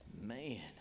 Man